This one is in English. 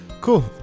Cool